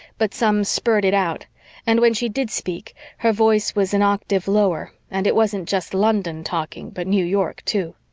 but some spurted out, and when she did speak her voice was an octave lower and it wasn't just london talking but new york too.